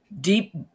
deep